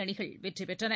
அணிகள் வெற்றிபெற்றன